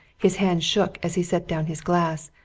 his hand shook as he set down his glass,